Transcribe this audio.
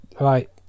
Right